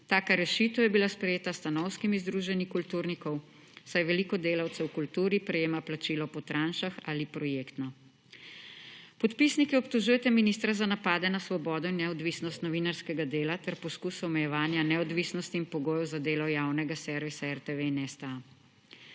Taka rešitev je bila sprejeta s stanovskimi združenji kulturnikov, saj veliko delavcev v kulturi prejema plačilo po tranšah ali projektno. Podpisniki obtožujete ministra za napade na svobodo in neodvisnost novinarskega dela ter poskus omejevanja neodvisnosti in pogojev za delo javnega servisa RTV in STA.